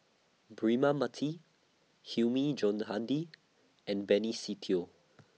Braema Mathi Hilmi Johandi and Benny Se Teo